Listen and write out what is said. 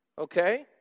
Okay